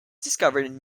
discovered